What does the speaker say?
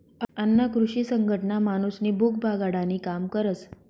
अन्न कृषी संघटना माणूसनी भूक भागाडानी काम करस